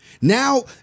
Now